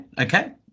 Okay